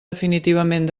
definitivament